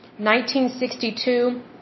1962